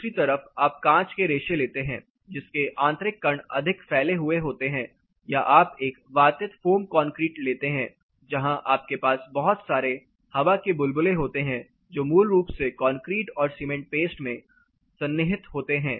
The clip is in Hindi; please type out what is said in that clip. दूसरी तरफ आप कांच के रेशे लेते हैं जिसके आंतरिक कण अधिक फैले हुए होते है या आप एक वातित फोम कंक्रीट लेते हैं जहां आपके पास बहुत सारे हवा बुलबुले होते हैं जो मूल रूप से कंक्रीट और सीमेंट पेस्ट में सन्निहित होते हैं